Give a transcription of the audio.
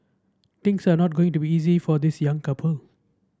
things are not going to be easy for this young couple